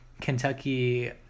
Kentucky